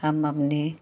हम अपने